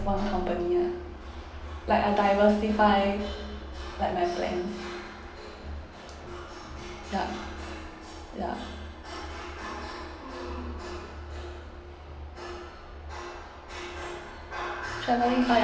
one company lah like I'll diversify like my plans ya ya travelling plan